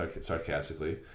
sarcastically